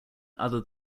other